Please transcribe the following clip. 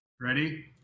Ready